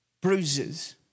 bruises